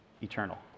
eternal